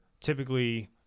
typically